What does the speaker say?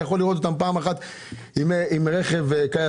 אתה יכול לראות את השוטרים פעם עם רכב קיה,